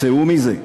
צאו מזה,